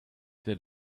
that